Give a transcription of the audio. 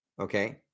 Okay